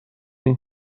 این